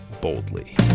boldly